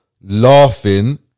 laughing